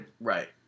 Right